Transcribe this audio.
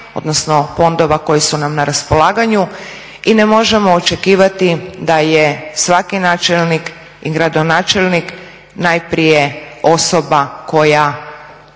odnosno fondova koji su nam na raspolaganju i ne možemo očekivati da je svaki načelnik i gradonačelnik najprije osoba koja